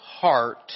heart